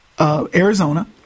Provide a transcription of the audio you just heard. Arizona